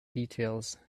details